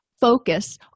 focus